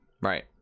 Right